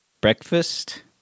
breakfast